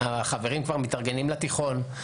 החברים כבר מתארגנים לתיכון,